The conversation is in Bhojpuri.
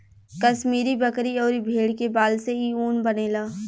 कश्मीरी बकरी अउरी भेड़ के बाल से इ ऊन बनेला